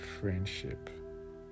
friendship